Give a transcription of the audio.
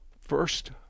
first